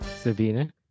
Sabina